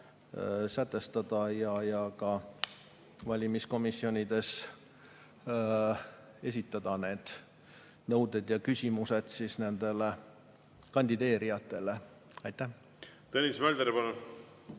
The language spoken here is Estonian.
sätestada ja ka valimiskomisjonides esitada need nõuded ja küsimused nendele kandideerijatele. Tõnis